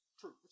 True